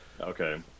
Okay